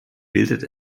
bildet